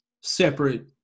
separate